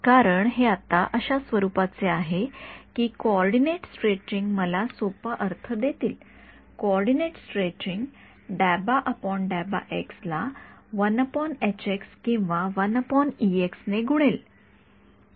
कारण हे आता अशा स्वरुपाचे आहे की कोऑर्डिनेट स्ट्रेचिंग मला सोपा अर्थ देतील कोऑर्डिनेट स्ट्रेचिंग ला किंवा ने गुणेल